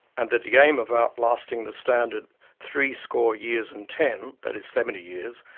and that the aim of outlasting the standard three score years and ten, that is, seventy years,